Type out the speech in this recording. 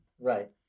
Right